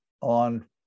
on